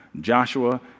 Joshua